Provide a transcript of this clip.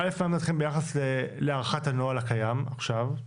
ביחס להארכת הנוהל הקיים עכשיו?